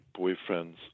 boyfriends